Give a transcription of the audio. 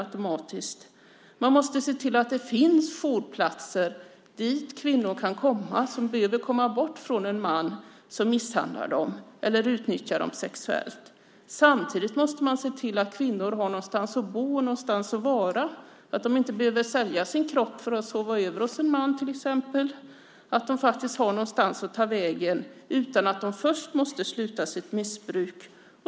Man måste också se till att det finns jourplatser dit kvinnor som behöver komma bort från en man som misshandlar dem eller utnyttjar dem sexuellt kan komma. Samtidigt måste man se till att kvinnor har någonstans att bo och någonstans att vara så att de inte behöver sälja sin kropp för att få sova över hos en man till exempel. De måste ha någonstans att ta vägen utan att de först måste sluta med sitt missbruk.